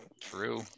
True